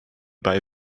bei